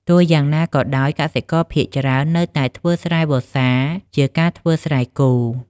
ទោះយ៉ាងណាក៏ដោយ កសិករភាគច្រើននៅតែធ្វើស្រែវស្សាជាការធ្វើស្រែគោល។